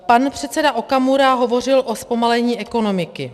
Pan předseda Okamura hovořil o zpomalení ekonomiky.